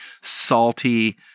salty